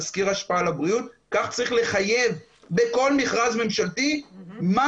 כך צריך לחייב בכל מכרז ממשלתי מה